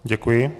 Děkuji.